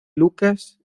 lucas